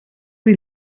sie